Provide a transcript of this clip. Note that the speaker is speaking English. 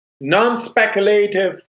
non-speculative